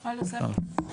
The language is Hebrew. יוספוף,